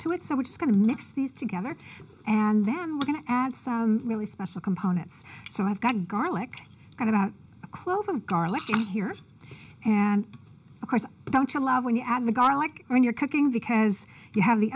to it so we're just going to miss these together and then we're going to add some really special components so i've got garlic got about a clove of garlic here and of course don't you love when you add the garlic when you're cooking because you have the